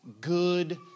good